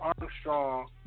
Armstrong